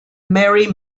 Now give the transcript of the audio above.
mary